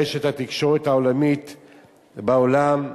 רשת התקשורת העולמית בעולם,